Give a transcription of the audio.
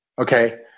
Okay